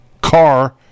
car